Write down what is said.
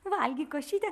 valgyk košytę